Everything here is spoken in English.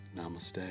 Namaste